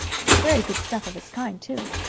it was very good stuff of its kind, too.